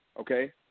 okay